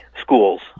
schools